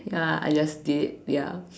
ya I just did ya